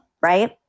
right